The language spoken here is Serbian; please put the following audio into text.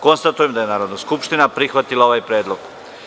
Konstatujem da je Narodna skupština prihvatila ovaj predlog.